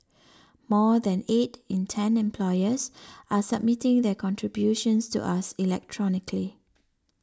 more than eight in ten employers are submitting their contributions to us electronically